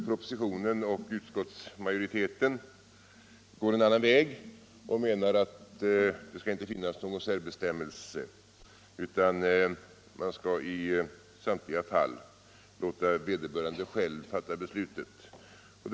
Propositionen och utskottsmajoriteten går en annan väg och menar att det inte skall finnas någon särbestämmelse, utan man skall i samtliga fall låta vederbörande själv fatta beslutet.